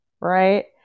right